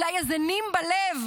אולי איזה נים בלב.